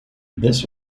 this